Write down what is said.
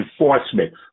enforcement